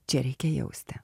čia reikia jausti